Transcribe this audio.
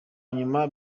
nyuma